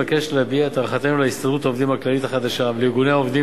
אבקש להביע את הערכתנו להסתדרות העובדים הכללית החדשה ולארגוני עובדים